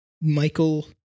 Michael